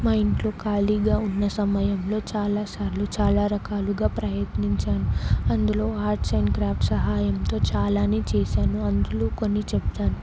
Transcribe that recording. మా ఇంట్లో ఖాళీగా ఉన్న సమయంలో చాలా సార్లు చాలా రకాలుగా ప్రయత్నించాను అందులో ఆర్ట్స్ అండ్ క్రాఫ్ట్ సహాయంతో చాలానే చేశాను అందులో కొన్ని చెప్తాను